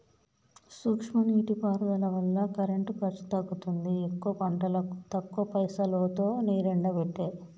సూక్ష్మ నీటి పారుదల వల్ల కరెంటు ఖర్చు తగ్గుతుంది ఎక్కువ పంటలకు తక్కువ పైసలోతో నీరెండబట్టే